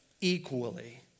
equally